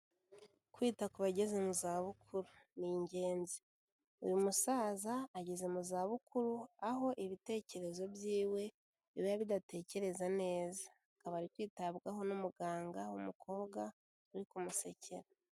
Kwita ku bageze mu zabukuru ni ingenzi. Uyu musaza ageze mu zabukuru aho ibitekerezo byiwe biba bidatekereza neza. Akaba ari kwitabwaho n'umuganga w'umukobwa, uri kumusekera.